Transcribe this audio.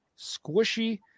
squishy